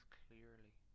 clearly